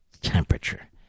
temperature